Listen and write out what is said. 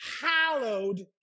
Hallowed